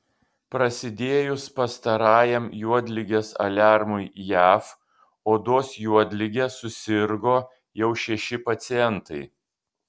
prasidėjus pastarajam juodligės aliarmui jav odos juodlige susirgo jau šeši pacientai